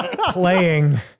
playing